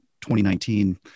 2019